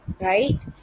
right